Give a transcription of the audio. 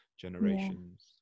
generations